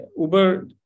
uber